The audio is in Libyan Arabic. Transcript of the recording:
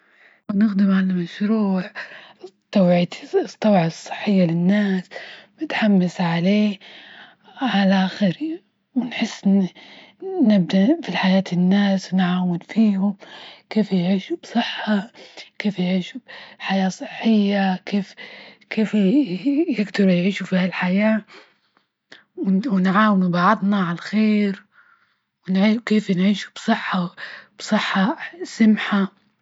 ونخدم على المشروع توعية التوعية الصحية للناس متحمسة عليه عالآخر، ونحس في حياة الناس نعاون فيهم ، كيف يعيشوا بصحة؟ كيف يعيشوا حياة صحية؟ كيف- كيف يجدروا يعيشو فيه هالحياة؟ ونعاونو بعضنا على الخير كيف نعيشو بصحة -بصحة سمحة؟